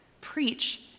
Preach